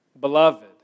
Beloved